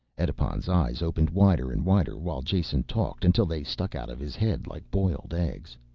edipon's eyes opened wider and wider while jason talked until they stuck out of his head like boiled eggs.